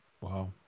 Wow